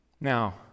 Now